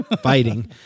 fighting